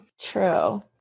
True